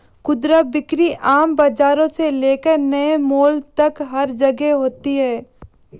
खुदरा बिक्री आम बाजारों से लेकर नए मॉल तक हर जगह होती है